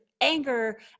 anger